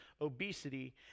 obesity